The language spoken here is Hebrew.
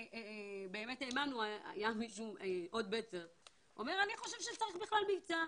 מישהו חשב שצריך בכלל מבצע,